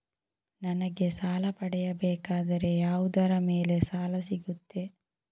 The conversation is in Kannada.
ನನಗೆ ಸಾಲ ಪಡೆಯಬೇಕಾದರೆ ಯಾವುದರ ಮೇಲೆ ಸಾಲ ಸಿಗುತ್ತೆ?